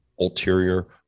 ulterior